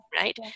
right